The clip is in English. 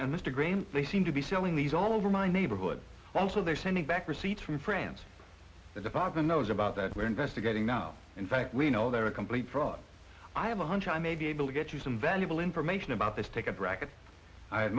agreement they seem to be selling these all over my neighborhood also they're sending back receipts from france there's a father knows about that we're investigating no in fact we know they're a complete fraud i have a hunch i may be able to get you some valuable information about this take a bracket